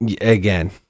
again